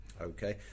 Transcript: Okay